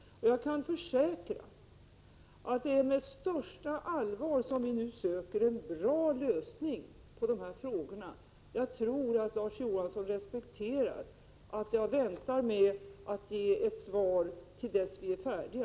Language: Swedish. Jag kan försäkra att det är med största allvar som vi nu söker en bra lösning, och jag tror att Larz Johansson respekterar att jag väntar med att ge ett svar till dess att vi är färdiga.